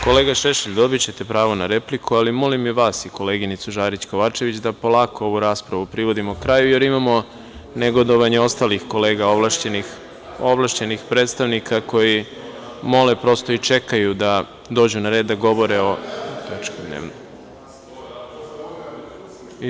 Kolega Šešelj, dobićete pravo na repliku, ali molim i vas i koleginicu Žarić Kovačević da polako ovu raspravu privodimo kraju, jer imamo negodovanje ostalih kolega ovlašćenih predstavnika koji mole i čekaju da dođu na red da govore o tački dnevnog reda.